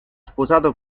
sposato